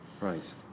Right